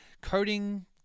Coding